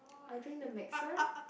I drink the mixer